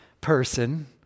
person